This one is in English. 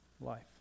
life